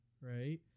right